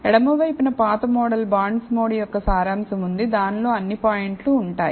ఎడమ వైపున పాత మోడల్ బాండ్మోడ్ యొక్క సారాంశం ఉంది దానిలో అన్ని పాయింట్లు ఉంటాయి